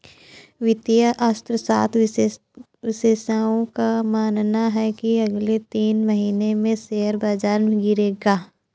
वित्तीय अर्थशास्त्र विशेषज्ञों का मानना है की अगले तीन महीने में शेयर बाजार गिरेगा